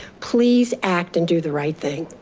please act and do the right thing.